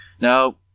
Now